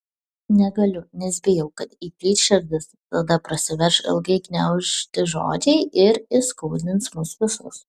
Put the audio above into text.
negaliu nes bijau kad įplyš širdis tada prasiverš ilgai gniaužti žodžiai ir įskaudins mus visus